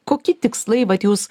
kokie tikslai vat jūs